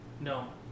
No